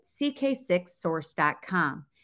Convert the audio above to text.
ck6source.com